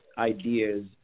ideas